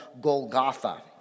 Golgotha